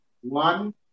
one